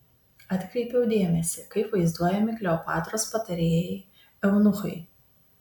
atkreipiau dėmesį kaip vaizduojami kleopatros patarėjai eunuchai